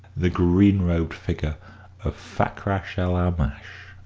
the green-robed figure of fakrash-el-aamash,